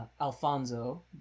alfonso